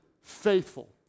faithful